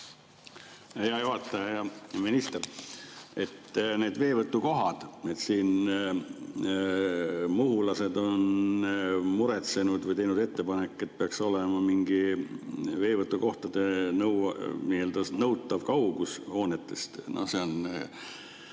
Hea minister! Need veevõtukohad. Muhulased on muretsenud või teinud ettepaneku, et peaks olema mingi veevõtukohtade nõutav kaugus hoonetest. See on